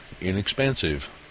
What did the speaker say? inexpensive